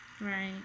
Right